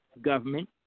government